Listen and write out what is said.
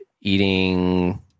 Eating